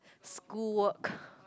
schoolwork